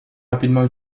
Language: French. rapidement